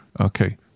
Okay